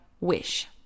wish